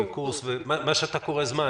מה שאתה קורא זמן,